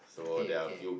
okay okay